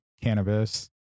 cannabis